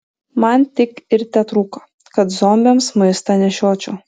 man tik ir tetrūko kad zombiams maistą nešiočiau